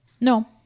No